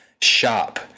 shop